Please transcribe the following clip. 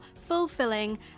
fulfilling